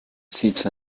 sits